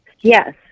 yes